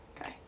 okay